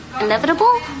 inevitable